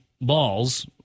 balls